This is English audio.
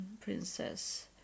princess